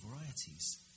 varieties